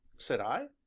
said i.